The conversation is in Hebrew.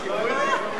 אני פונה אליך,